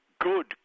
good